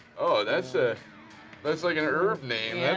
oh that's ah that's like an herb name,